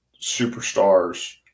superstars